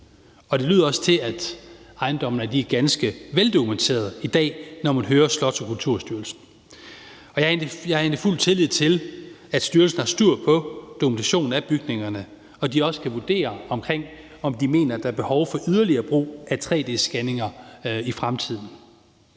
og det lyder også til, at ejendommene er ganske veldokumenterede i dag, når man hører Slots- og Kulturstyrelsen. Jeg har egentlig fuld tillid til, at styrelsen har styr på dokumentation af bygningerne, og at de også kan vurdere, om der er behov for yderligere brug af 3D-scanninger i fremtiden.